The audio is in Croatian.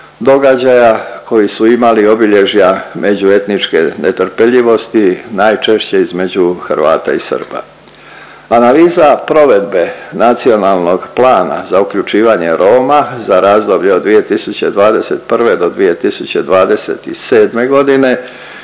događaja koji su imali obilježja međuetničke netrpeljivosti, najčešće između Hrvata i Srba. Analiza provedbe Nacionalnog plana za uključivanje Roma za razdoblje od 2021. do 2027. g. i